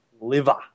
liver